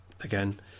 again